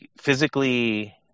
physically